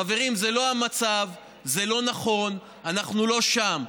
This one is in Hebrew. חברים, זה לא המצב, זה לא נכון, אנחנו לא שם.